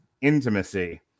intimacy